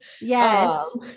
Yes